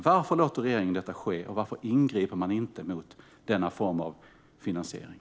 Varför låter regeringen detta ske, och varför ingriper man inte mot denna form av finansiering?